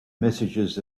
messages